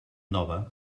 nova